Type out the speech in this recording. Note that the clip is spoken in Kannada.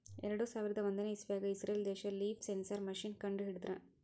ಎರಡು ಸಾವಿರದ್ ಒಂದನೇ ಇಸವ್ಯಾಗ್ ಇಸ್ರೇಲ್ ದೇಶ್ ಲೀಫ್ ಸೆನ್ಸರ್ ಮಷೀನ್ ಕಂಡು ಹಿಡದ್ರ